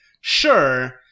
Sure